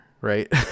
right